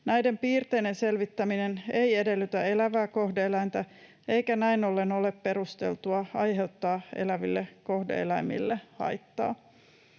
Näiden piirteiden selvittäminen ei edellytä elävää kohde-eläintä, eikä näin ollen ole perusteltua aiheuttaa eläville kohde-eläimille haittaa.